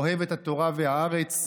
אוהבת התורה הארץ.